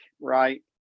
Right